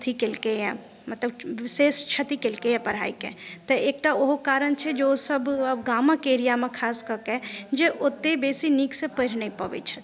अथी केलकैया मतलब विशेष क्षति केलकैया पढ़ाईकेँ तऽ एकटा ओहो कारण छै जे सभ गामक एरियामे खास कऽ के जे ओते बेसी नीकसॅं पढ़ि नहि पबै छथि